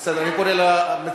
ברור, ברור.